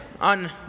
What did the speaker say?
on